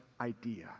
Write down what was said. idea